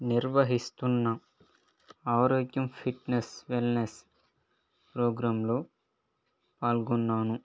నిర్వహిస్తున్న ఆరోగ్యం fitness wellness programme లో పాల్గొన్నాను